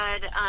good